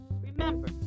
remember